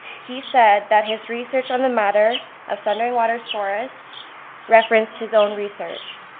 he said that his research on the matter of thundering waters forest referenced his own research,